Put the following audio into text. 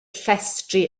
llestri